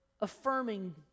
affirming